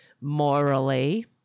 morally